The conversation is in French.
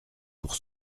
pour